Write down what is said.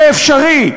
זה אפשרי.